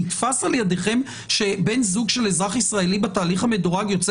נתפס על ידיכם שבן זוג של אזרח ישראלי בתהליך המדורג יוצא